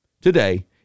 today